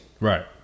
Right